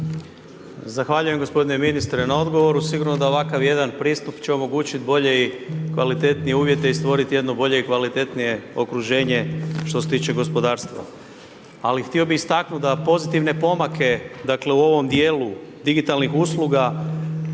Zahvaljujem gospodine ministre na odgovoru. Sigurno da ovakav jedan pristup će omogućiti bolje i kvalitetnije uvjete i stvoriti jedno bolje i kvalitetnije okruženje što se tiče gospodarstva. Ali htio bih istaknuti da pozitivne pomake dakle u ovom dijelu digitalnih usluga